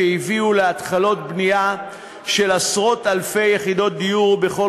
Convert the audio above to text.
שהביאו להתחלות בנייה של עשרות-אלפי יחידות דיור בכל